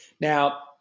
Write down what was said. Now